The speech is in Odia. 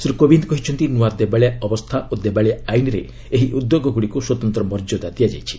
ଶ୍ରୀ କୋବିନ୍ଦ୍ କହିଛନ୍ତି ନୂଆ ଦେବାଳିଆ ଅବସ୍ଥା ଓ ଦେବାଳିଆ ଆଇନରେ ଏହି ଉଦ୍ୟୋଗଗୁଡ଼ିକୁ ସ୍ୱତନ୍ତ୍ର ମର୍ଯ୍ୟାଦା ଦିଆଯାଇଛି